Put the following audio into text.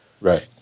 Right